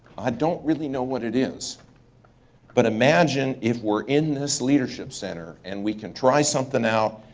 i don't really know what it is but imagine if we're in this leadership center, and we can try something out,